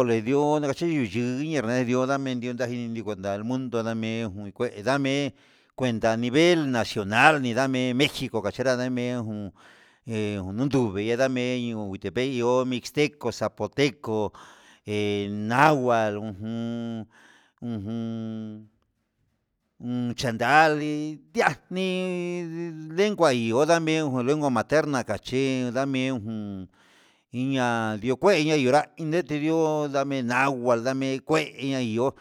Onedio nakeyuyu neredio nundame dion ndame dio nujan del mundo ndame nuu kué dame'e, cuenta nivel nacional un ndame mexico nichenra nadme jun he nundume ndame, mixtepec ihó mixtec, zapoteco, nahual te ujun ujun un chandali ihá nii legua ihó ndame un lengua materna kachí ndame ujun iña ndio kuéña iña na'a inre di'ó ndame nagual ndame kueya iho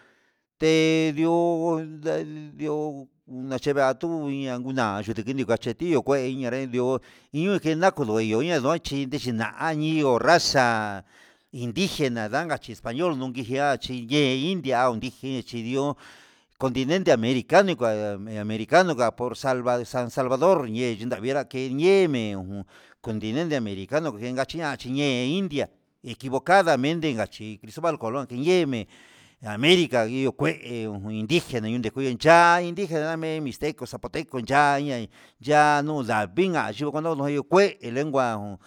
te ndió na dio nachiva tuu nanguna ndinikachitiu kueña, nare ndiú iin keratundo ihó ni ndo chí nichina ndio naxa indigena dangachi español nunye jeraxhi yee hí, india indigena chi ndio continente americano ihá salva, salvador ye ihú ndavera keyeme un continente americano kenga chi ihá, chine india equivocadamente kache hí nuu colón ndiyeme america ihó kué, nun indigená na ihó cha'a nda indigena na me mixteco zapoteco ya'a iin ya'a nuu ndavinga chukuno nuyuu kué lengua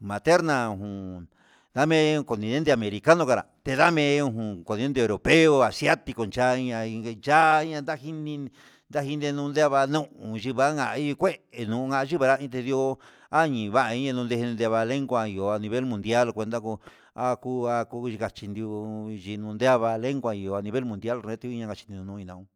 materna uun ndame continente americo ndaga tedamen ujun continen europeo ho asiatico chai ñai injetaiña chatini ya'a nuu yinguanka iin kuá enunka yinguera ndiyii ndo ndavi'a iin ndonde ndegua lengua a nivel mundial akun aku ndachindiu ndijundiava lengua iho a nivel mundial retui ihá achinunui ndangu.